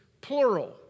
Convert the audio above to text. plural